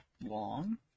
long